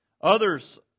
Others